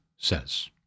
Says